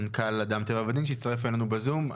מנכ"ל אדם טבע ודין שיצטרף אלינו לזום.